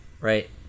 right